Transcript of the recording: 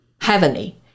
Heavenly